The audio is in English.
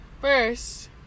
First